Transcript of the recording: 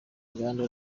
uganda